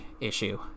issue